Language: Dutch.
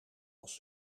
als